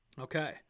Okay